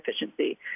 efficiency